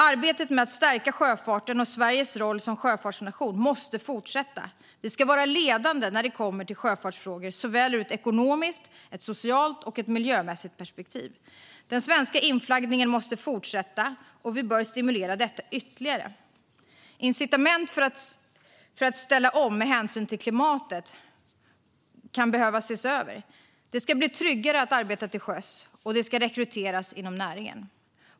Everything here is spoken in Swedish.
Arbetet med att stärka sjöfarten och Sveriges roll som sjöfartsnation måste fortsätta. Vi ska vara ledande när det kommer till sjöfartsfrågor, såväl ur ett ekonomiskt och socialt som ur ett miljömässigt perspektiv. Den svenska inflaggningen måste fortsätta, och vi bör stimulera detta ytterligare. Incitament för att ställa om med hänsyn till klimatet kan behöva ses över. Det ska bli tryggare att arbeta till sjöss, och det ska rekryteras inom näringen.